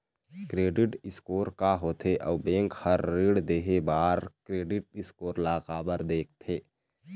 Credit score का होथे अउ बैंक हर ऋण देहे बार क्रेडिट स्कोर ला काबर देखते?